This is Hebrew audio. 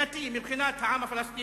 כבר כמה שנים אני מנסה.